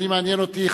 מעניין אותי,